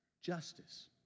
justice